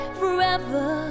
forever